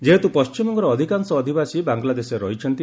ଯେହେତୁ ପଣ୍ଟିମବଙ୍ଗର ଅଧିକାଂଶ ଅଧିବାସୀ ବାଂଲାଦେଶରେ ରହିଛନ୍ତି